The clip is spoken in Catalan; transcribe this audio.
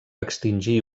extingir